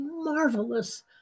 marvelous